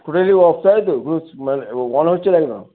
পুরো অফ তাই তো মানে ও অন হচ্ছে না একদম